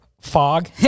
fog